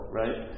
right